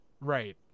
Right